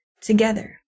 Together